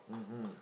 mmhmm